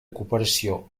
cooperació